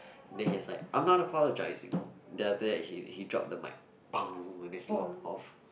then he was like I'm not apologising then after that he he drop the mic then he walk off